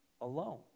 alone